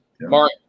Mark